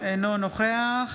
נוכח